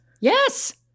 Yes